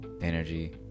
energy